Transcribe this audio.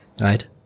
Right